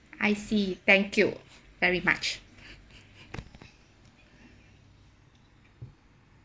I see thank you very much